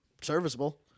serviceable